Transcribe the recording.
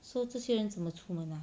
so 这些人怎么出门 ah